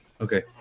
okay